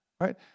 right